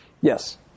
Yes